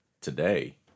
today